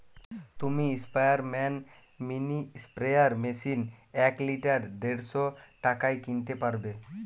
তুমি স্পেয়ারম্যান mini sprayer machine এক লিটার দেড়শ টাকায় কিনতে পারবে